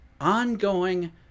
ongoing